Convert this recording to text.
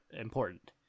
important